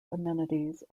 amenities